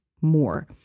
more